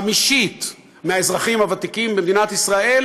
חמישית מהאזרחים הוותיקים במדינת ישראל